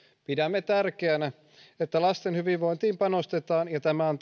pidämme tärkeänä että lasten hyvinvointiin panostetaan tämä on